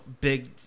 big